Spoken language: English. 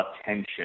attention